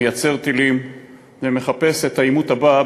מייצר טילים ומחפש את העימות הבא,